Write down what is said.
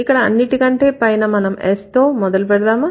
ఇక్కడ అన్నిటికంటే పైన మనం S తో మొదలు పెడదామా